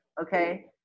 okay